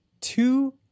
two